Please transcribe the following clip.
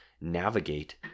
navigate